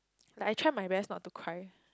like I try my best not to cry